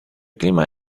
clima